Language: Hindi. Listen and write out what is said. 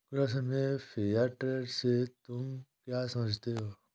कृषि में फेयर ट्रेड से तुम क्या समझते हो?